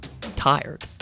tired